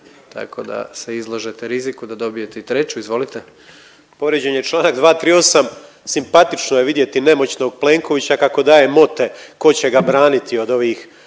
tako da se izlažete riziku da dobijete i treću izvolite. **Grmoja, Nikola (MOST)** Povrijeđen je čl. 238. Simpatično je vidjeti nemoćnog Plenkovića kako daje mote tko će ga braniti od ovih